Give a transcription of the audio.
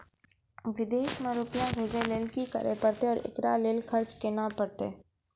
विदेश मे रुपिया भेजैय लेल कि करे परतै और एकरा लेल खर्च केना परतै?